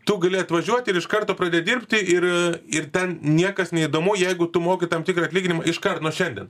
tu gali atvažiuoti ir iš karto pradėt dirbti ir ir ten niekas neįdomu jeigu tu moki tam tikrą atlyginimą iškart nuo šiandien